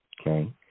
Okay